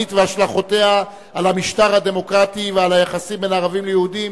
הגזענית והשלכותיה על המשטר הדמוקרטי ועל היחסים בין ערבים ליהודים,